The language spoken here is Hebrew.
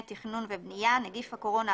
בתוקף.